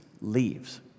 leaves